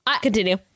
Continue